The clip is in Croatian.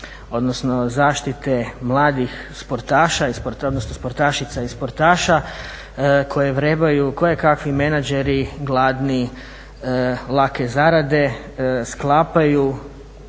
odnosno zaštite mladih sportašica i sportaša koje vrebaju kojekakvi menadžeri gladni lake zarade, sklapaju